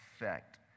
effect